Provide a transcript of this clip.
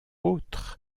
autres